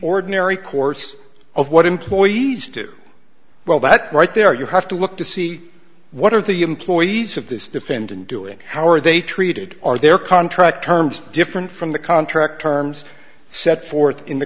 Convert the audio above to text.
ordinary course of what employees do well that right there you have to look to see what are the employees of this defendant doing how are they treated are their contract terms different from the contract terms set forth in the